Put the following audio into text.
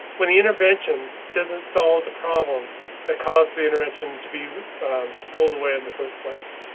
when the intervention doesn't solve the problem that caused the intervention to be pulled away in the first place,